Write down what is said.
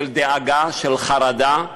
של דאגה, של חרדה.